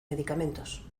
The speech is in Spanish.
medicamentos